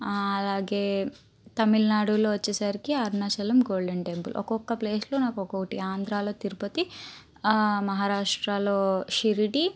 అలాగే తమిళనాడులో వచ్చేసరికి అరుణాచలం గోల్డెన్ టెంపుల్ ఒక్కొక్క ప్లేస్లో నాకు ఒక్కోటి ఆంధ్రాలో తిరుపతి మహారాష్ట్రలో షిరిడి